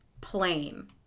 plain